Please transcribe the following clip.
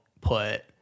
put